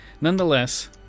nonetheless